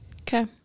okay